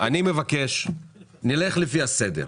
אני מבקש שנלך לפי הסדר.